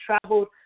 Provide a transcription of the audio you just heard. traveled